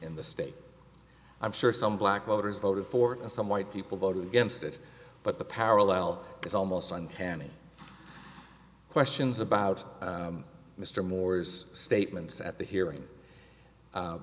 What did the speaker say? in the state i'm sure some black voters voted for and some white people voted against it but the parallel is almost uncanny questions about mr moore's statements at the hearing